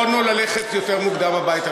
יכולנו ללכת יותר מוקדם הביתה,